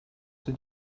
sind